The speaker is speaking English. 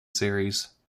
series